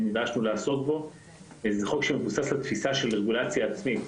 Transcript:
זה חוק שמבוסס על תפיסה של רגולציה עצמית.